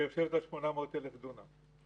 והפסדת 800,000 דונם.